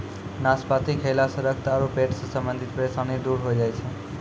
नाशपाती खैला सॅ रक्त आरो पेट सॅ संबंधित परेशानी दूर होय जाय छै